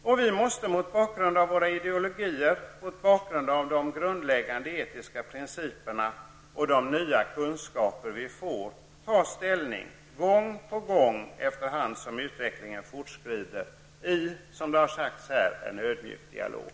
Och vi måste, mot bakgrund av våra ideologier och mot bakgrund av de grundläggande etiska principerna och de nya kunskaper vi får, ta ställning gång på gång efter hand som utvecklingen fortskrider i, som det har sagts här, en ödmjuk dialog.